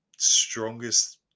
strongest